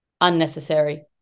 Unnecessary